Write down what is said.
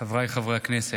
חבריי חברי הכנסת,